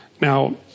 Now